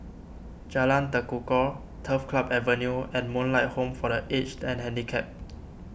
Jalan Tekukor Turf Club Avenue and Moonlight Home for the Aged and Handicapped